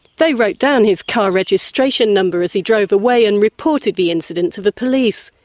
they wrote down his car registration number as he drove away and reported the incident to the police.